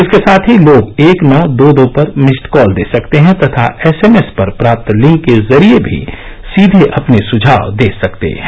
इसके साथ ही लोग एक नौ दो दो पर मिस्ड कॉल दे सकते हैं तथा एस एमएस पर प्राप्त लिंक के जरिए भी सीधे अपने सुझाव दे सकते हैं